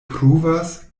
pruvas